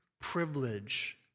privilege